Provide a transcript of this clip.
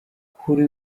kuri